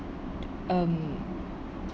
um